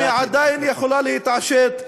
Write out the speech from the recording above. אם היא עדיין יכולה להתעשת,